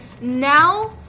now